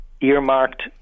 earmarked